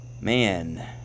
man